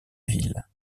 ville